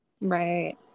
right